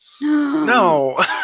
no